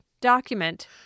document